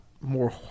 more